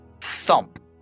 thump